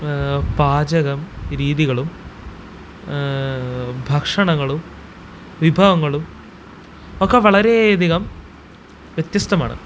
പാചകം രീതികളും ഭക്ഷണങ്ങളും വിഭവങ്ങളും ഒക്കെ വളരെയധികം വ്യത്യസ്തമാണ്